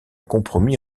compromis